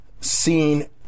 seen